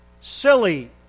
silly